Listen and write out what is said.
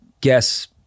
guess